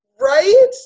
Right